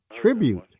Tribute